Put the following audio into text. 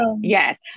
Yes